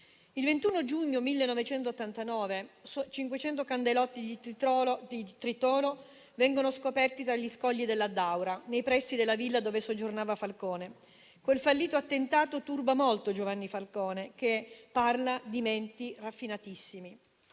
Il 21 giugno 1989, 500 candelotti di tritolo vengono scoperti sugli scogli dell'Addaura, nei pressi della villa dove soggiornava Falcone. Quel fallito attentato turba molto Giovanni Falcone, che parla di «menti raffinatissime».